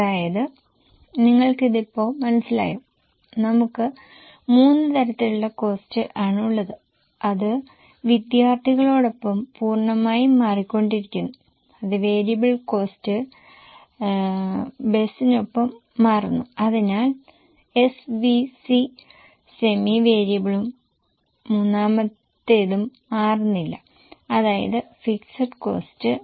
അതായത് നിങ്ങൾക്കിത് ഇപ്പോൾ മനസ്സിലായോ നമുക്ക് മൂന്ന് തരത്തിലുള്ള കോസ്ററ് ആണുള്ളത് അത് വിദ്യാർത്ഥികളോടൊപ്പം പൂർണ്ണമായും മാറിക്കൊണ്ടിരിക്കുന്നു അത് വേരിയബിൾ കോസ്ററ് അത് ബസിനൊപ്പം മാറുന്നു അതിനാൽ SVC സെമി വേരിയബിളും മൂന്നാമത്തേതും മാറുന്നില്ല അതാണ് ഫിക്സഡ് കോസ്ററ്